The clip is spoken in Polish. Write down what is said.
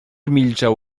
milczał